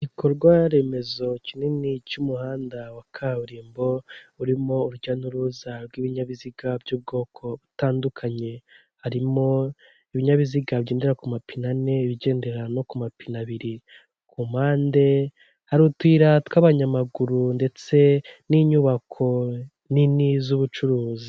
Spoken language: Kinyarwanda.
Igikorwaremezo kinini cy'umuhanda wa kaburimbo urimo urujya n'uruza rw'ibinyabiziga by'ubwoko butandukanye, harimo ibinyabiziga bigendera ku mapine ane, Ibigendera no ku mapine abiri, ku mpande har’utuyira tw'abanyamaguru ndetse n'inyubako nini z'ubucuruzi.